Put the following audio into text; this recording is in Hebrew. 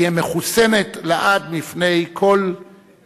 תהיה מחוסנת לעד מפני פגיעות